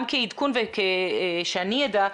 גם כעדכון ושאני אדע,